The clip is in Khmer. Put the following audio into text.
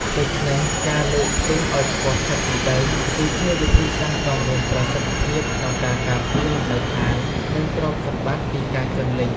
ដូច្នេះ ការលើកផ្ទះឲ្យខ្ពស់ផុតពីដី គឺជាវិធីសាស្រ្តដ៏មានប្រសិទ្ធភាពក្នុងការការពារលំនៅឋាន និងទ្រព្យសម្បត្តិពីការជន់លិច ។